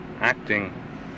acting